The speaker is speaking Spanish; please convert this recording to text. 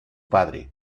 padre